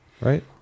right